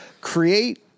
create